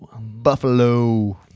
Buffalo